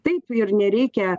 taip ir nereikia